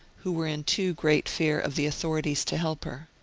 who were in too great fear of the autho rities to help her.